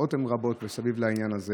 וההצעות מסביב לעניין הזה